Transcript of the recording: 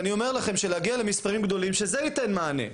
אני אומר לכם שלהגיע למספרים גדולים זה מה שייתן מענה.